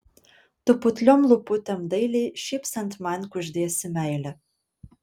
tu putliom lūputėm dailiai šypsant man kuždėsi meilę